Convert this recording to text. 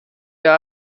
wir